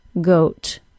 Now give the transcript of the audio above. goat